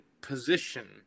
position